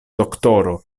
doktoro